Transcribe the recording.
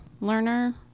learner